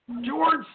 George